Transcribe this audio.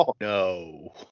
no